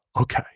okay